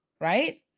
right